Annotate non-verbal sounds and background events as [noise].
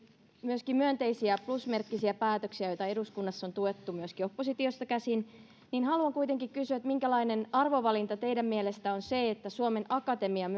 myöskin myönteisiä plusmerkkisiä päätöksiä joita eduskunnassa on tuettu myöskin oppositiosta käsin haluan kuitenkin kysyä minkälainen arvovalinta teidän mielestänne on se että suomen akatemian [unintelligible]